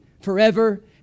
forever